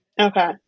Okay